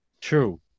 True